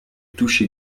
touche